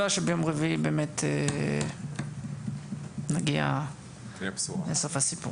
בתקווה שביום רביעי באמת נגיע לסוף הסיפור.